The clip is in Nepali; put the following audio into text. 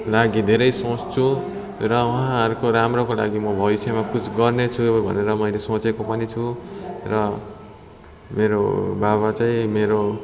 लागि धेरै सोच्छु र उहाँहरूको राम्रोको लागि म भविष्यमा कुछ गर्नेछु भनेर मैले सोचेको पनि छु र मेरो बाबा चाहिँ मेरो